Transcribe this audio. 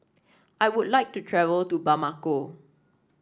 I would like to travel to Bamako